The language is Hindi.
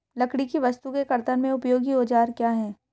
लकड़ी की वस्तु के कर्तन में उपयोगी औजार क्या हैं?